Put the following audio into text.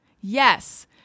Yes